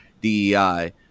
DEI